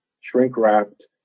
shrink-wrapped